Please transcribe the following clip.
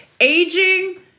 aging